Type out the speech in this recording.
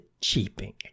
cheeping